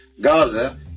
Gaza